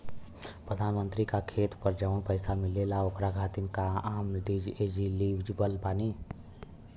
प्रधानमंत्री का खेत पर जवन पैसा मिलेगा ओकरा खातिन आम एलिजिबल बानी?